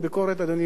אדוני היושב-ראש,